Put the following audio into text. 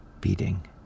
Beating